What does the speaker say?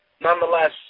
Nonetheless